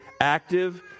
active